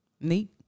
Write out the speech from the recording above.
Neat